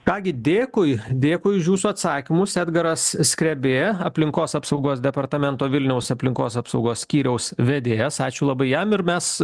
ką gi dėkui dėkui už jūsų atsakymus edgaras skrebė aplinkos apsaugos departamento vilniaus aplinkos apsaugos skyriaus vedėjas ačiū labai jam ir mes